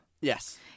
Yes